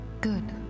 good